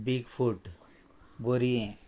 बीग फूट बोरयें